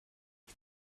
ich